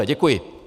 Děkuji.